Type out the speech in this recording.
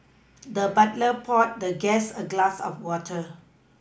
the butler poured the guest a glass of water